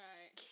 Right